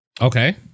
Okay